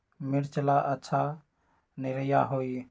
मिर्च ला अच्छा निरैया होई?